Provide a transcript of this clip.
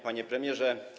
Panie Premierze!